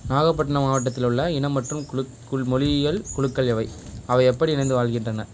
நாகப்பட்டினம் மாவட்டத்தில் உள்ள இனம் மற்றும் குழு குழுக் மொழியியல் குழுக்கள் எவை அவை எப்படி இணைந்து வாழ்கின்றன